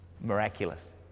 miraculous